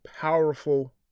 powerful